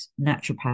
naturopath